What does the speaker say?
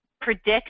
predict